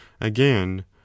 Again